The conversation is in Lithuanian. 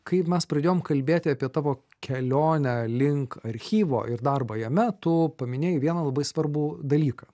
kaip mes pradėjom kalbėti apie tavo kelionę link archyvo ir darbo jame tu paminėjai vieną labai svarbų dalyką